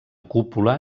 cúpula